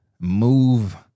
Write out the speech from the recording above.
move